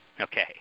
Okay